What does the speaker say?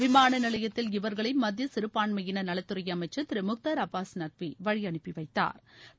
விமான நிலையத்தில் இவர்களை மத்திய சிறுபான்மையினர் நலத்துறை அமைச்சர் திரு முக்தார் அப்பாஸ் நக்வி வழியனுப்பி வைத்தாா்